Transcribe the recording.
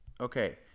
Okay